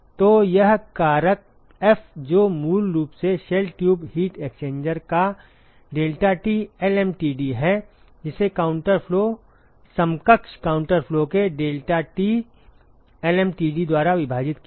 तो यह कारक F जो मूल रूप से शेल ट्यूब हीट एक्सचेंजर का deltaT lmtd है जिसे काउंटर फ्लो समकक्ष काउंटर फ्लो के deltaT lmtd द्वारा विभाजित किया गया है